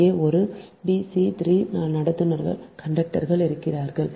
இங்கே ஒரு b c 3 கண்டக்டர்கள் இருக்கிறார்கள்